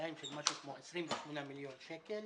בשנתיים של משהו כמו 28 מיליון שקלים